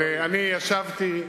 אבל אני ישבתי,